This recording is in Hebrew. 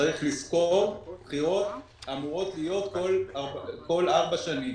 צריך לזכור בחירות אמורות להיות בכל ארבע שנים,